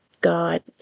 God